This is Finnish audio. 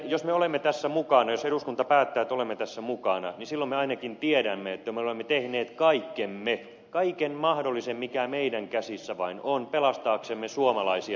jos me olemme tässä mukaan ensi eduskunta päättää että me olemme tässä mukana niin silloin me ainakin tiedämme että me olemme tehneet kaikkemme kaiken mahdollisen mikä meidän käsissämme vain on pelastaaksemme suomalaisia työpaikkoja